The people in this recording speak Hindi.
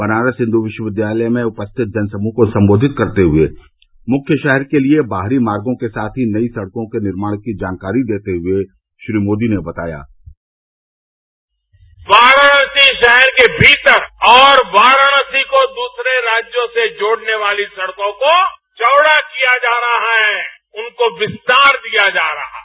बनारस हिन्दू विश्वविद्यालय में उपस्थित जनसमूह को संबोधित करते हुए मुख्य शहर के लिए बाहरी मागों के साथ ही नई सड़कों के निर्माण की जानकारी देते हुए श्री मोदी ने बताया वाराणसी शहर के भीतर और वाराणसी को दूसरे राज्यों से जोड़ने वाली सड़कों को चौड़ा किया जा रहा है उनको विस्तार दिया जा रहा है